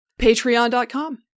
patreon.com